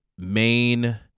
Main